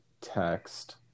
text